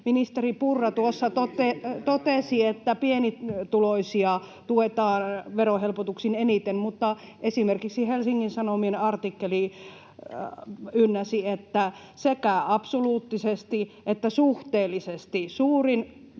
Ministeri Purra tuossa totesi, että pienituloisia tuetaan verohelpotuksin eniten, mutta esimerkiksi Helsingin Sanomien artikkeli ynnäsi, että sekä absoluuttisesti että suhteellisesti suurimmat